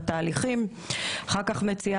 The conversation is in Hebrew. שראינו שלדוגמה במדינות אחרות מתנים את קבלת